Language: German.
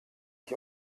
ich